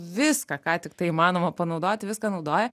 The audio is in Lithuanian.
viską ką tik tai įmanoma panaudot viską naudoja